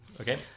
Okay